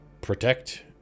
protect